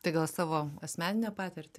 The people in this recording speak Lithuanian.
tai gal savo asmeninę patirtį